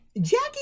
Jackie